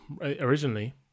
originally